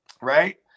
right